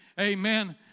Amen